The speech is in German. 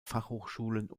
fachhochschulen